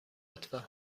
لطفا